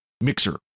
mixer